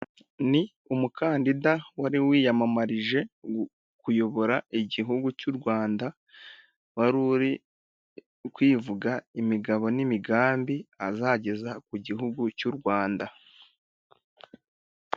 Ni umukandida wari wiyamamarije kuyobora igihugu cy'u Rwanda, wari uri kwivuga imigabo n'imigambi azageza ku gihugu cy'u Rwanda.